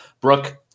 Brooke